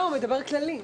לא, הוא מדבר בכלליות.